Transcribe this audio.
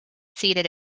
seated